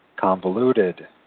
convoluted